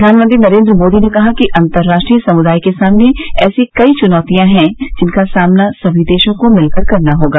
प्रधानमंत्री नरेंद्र मोदी ने कहा है कि अंतर्राष्ट्रीय समुदाय के सामने ऐसी कई चुनौनियां हैं जिनका सामना सभी देशों को मिलकर करना होगा